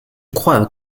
crois